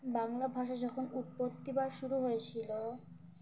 বাংলা ভাষা যখন উৎপত্তি বা শুরু হয়েছিল